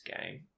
game